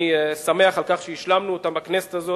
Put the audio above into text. ואני שמח על כך שהשלמנו אותם בכנסת הנוכחית.